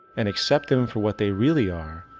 and accept them for what they really are,